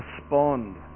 respond